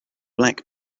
black